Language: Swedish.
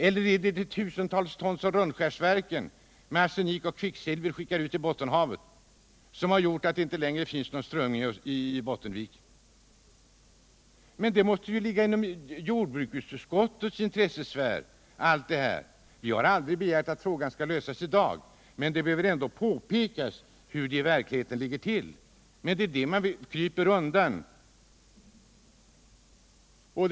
Eller är det de tusentals ton arsenik och kvicksilver som Rönnskärsverken släpper ut i Bottenhavet som gjort att det inte längre finns någon strömming i Bottenviken? Allt detta måste ju ligga inom jordbruksutskottets intressesfär! Vi har inte begärt att problemen skall lösas i dag. Men det behöver ändå påpekas hur det i verkligheten ligger till. Men det kryper man undan.